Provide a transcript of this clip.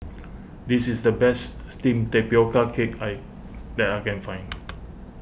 this is the best Steamed Tapioca Cake I that I can find